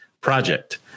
project